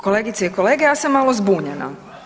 Kolegice i kolege, ja sam malo zbunjena.